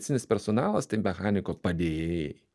medicininis personalas tai mechaniko padėjėjai